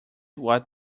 what